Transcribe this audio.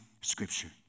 scripture